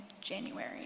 January